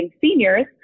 seniors